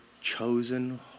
chosen